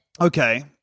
Okay